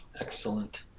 excellent